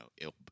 ill